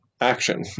action